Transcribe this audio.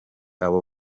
abo